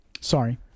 Sorry